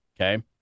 okay